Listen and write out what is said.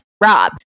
Rob